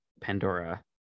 Pandora